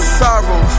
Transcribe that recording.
sorrow